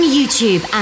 YouTube